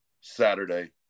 Saturday